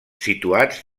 situats